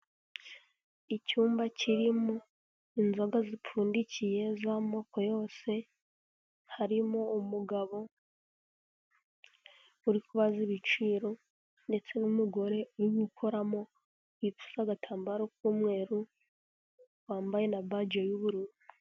Icyumba kiririmo inzoga zipfundikiye z'amoko yose harimo umugabo uri kubaza ibiciro ndetse n'umugore uri gukoramo wipfutse agatambaro k'umweru wambaye na baje y'ubururu.